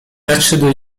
nadszedł